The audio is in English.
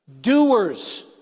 doers